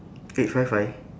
eight five five